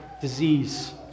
disease